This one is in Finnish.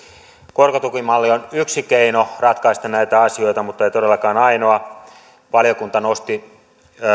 korkotukimalli on yksi keino ratkaista näitä asioita mutta ei todellakaan ainoa valiokunta nosti